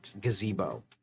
gazebo